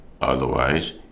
Otherwise